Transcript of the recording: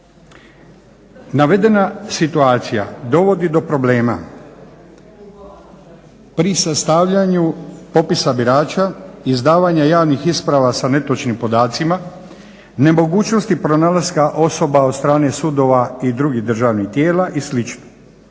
Navedena situacija dovodi do problema pri sastavljanju popisa birača, izdavanja javnih isprava sa netočnim podacima, nemogućnosti pronalaska osoba od strane sudova i drugih državnih tijela i